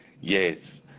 yes